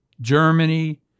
Germany